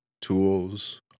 tools